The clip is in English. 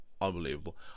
unbelievable